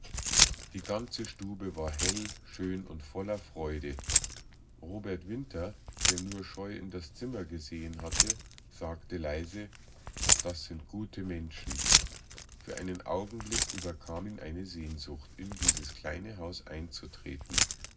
die ganze stube war hell schön und voll freude robert winter der nur scheu in das zimmer gesehen hatte sagte leise das sind gute menschen für einen augenblick überkam ihn eine sehnsucht in dieses kleine haus einzutreten